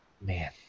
man